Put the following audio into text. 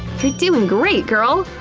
you're doing great, girl!